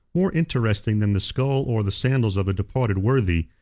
more interesting than the skull or the sandals of a departed worthy,